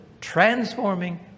transforming